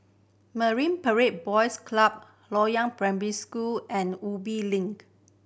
Marine Parade Boys Club Loyang Primary School and Ubi Link